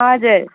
हजुर